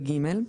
ו-(ג).